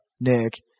Nick